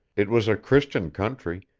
it was a christian country,